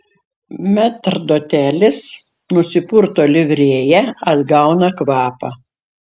metrdotelis nusipurto livrėją atgauna kvapą